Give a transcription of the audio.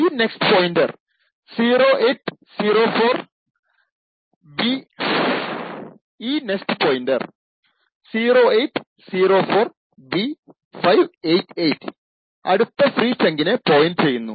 ഈ next pointer 0804B588 അടുത്ത free ചങ്കിനെ പോയിന്റ് ചെയ്യുന്നു